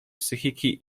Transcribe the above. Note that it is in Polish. psychiki